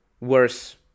worse